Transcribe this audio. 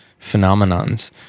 phenomenons